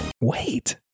Wait